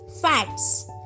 fats